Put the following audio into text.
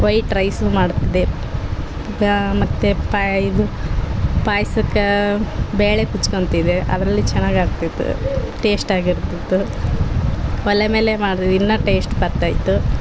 white rice ಮಾಡ್ತಿದ್ದೆ ಮತ್ತು ಪಾಯ್ ಇದು ಪಾಯ್ಸಕ್ಕೆ ಬೇಳೆ ಕೂಗಿಸ್ಕೊಂತಿದ್ದೆ ಅದರಲ್ಲಿ ಚೆನ್ನಾಗ್ ಆಗ್ತಿತ್ತು ಟೇಸ್ಟ್ ಆಗಿರ್ತಿತ್ತು ಒಲೆ ಮೇಲೆ ಮಾಡ್ರೆ ಇನ್ನು ಟೇಸ್ಟ್ ಬರ್ತಾ ಇತ್ತು